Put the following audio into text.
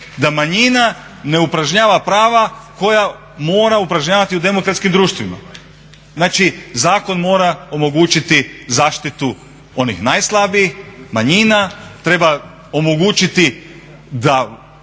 da manjina ne upražnjava prava koja mora upražnjavati u demokratskim društvima. Znači, zakon mora omogućiti zaštitu onih najslabijih manjina, treba omogućiti da